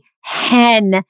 hen